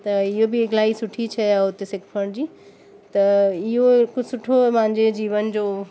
त ईअं बि इलाही सुठी शइ आहे उते सिखण जी त इहो हिकु सुठो मुंहिंजे जीवन जो